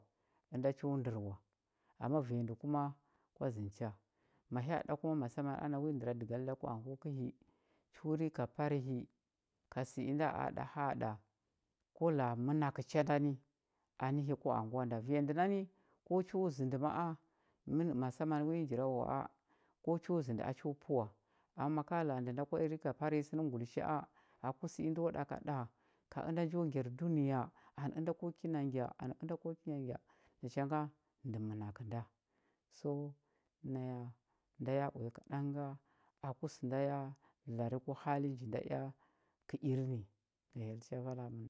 Ənda cho ndər wa ama vanya ndə kuma kwa zəndə ha ma hya ɗa ko masamman ana wi ndəradəgal da ku anguwa kəhi cho rika pare hi ka sə inda a ɗa haaɗa ko la a mənakə ndani nə hi ku anguwa nda vanya ndə nani ko cho zəndə ma a mə massamman wi jirawawa a ko cho zəndə a cho pə wa ama ma ka la a ndə kwa rika par nyi sə nə ngulisha a aku sə indo ɗaka ɗa ka ənda njo ngyar dunəya anə ənda ko kina ngya anə ənda ko kina ngya nacha nga ndə ənakə nda so naya nda ya uya kaɗang ga aku sə da lari ku hali ji nda ea kə iri hyell cha vala mə